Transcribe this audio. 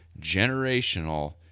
generational